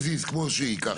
as is, כמו שהיא, ככה.